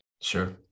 Sure